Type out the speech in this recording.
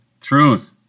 truth